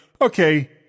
okay